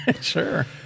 Sure